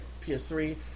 PS3